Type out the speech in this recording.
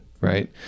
right